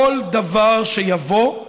כל דבר שיבוא,